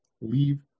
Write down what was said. leave